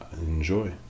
enjoy